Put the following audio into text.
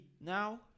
now